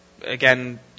Again